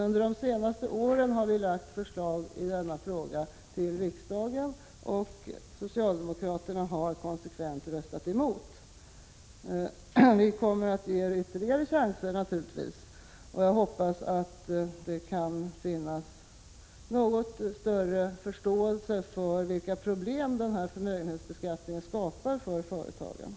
Under de senaste åren har vi FR Så Rå är ER lagt fram förslag i denna fråga till riksdagen, och socialdemokraterna har 3 y 8 X konsekvent röstat emot. Vi kommer naturligtvis att ge er ytterligare chanser, och jag hoppas att det kan finnas något större förståelse för vilka problem förmögenhetsbeskattningen skapar för företagen.